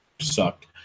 sucked